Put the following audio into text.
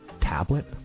tablet